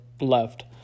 left